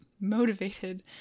motivated